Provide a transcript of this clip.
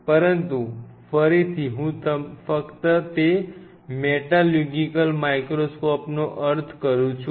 પરંતુ ફરીથી હું ફક્ત તે મેટાલ્યુગિકલ માઇક્રોસ્કોપનો અર્થ કરું છું